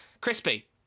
Crispy